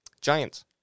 Giants